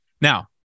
now